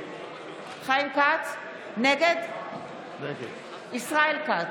נגד ישראל כץ,